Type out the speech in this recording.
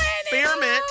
experiment